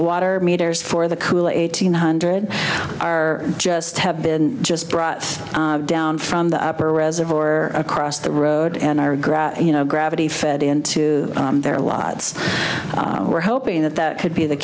water meters for the cool eight hundred are just have been just brought down from the upper reservoir or across the road and i regret you know gravity fed into their lots were hoping that that could be the